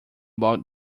about